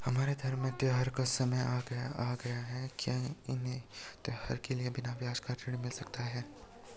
हमारे धर्म में त्योंहारो का समय आ गया है क्या मुझे त्योहारों के लिए बिना ब्याज का ऋण मिल सकता है?